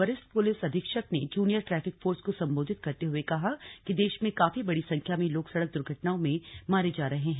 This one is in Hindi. वरिष्ठ पुलिस अधीक्षक ने जूनियर ट्रैफिक फोर्स को संबोधित करते हुए कहा कि देश में काफी बड़ी संख्या में लोग सड़क दुर्घटनाओं में मारे जा रहे हैं